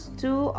two